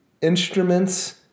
instruments